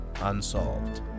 Unsolved